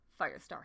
Firestar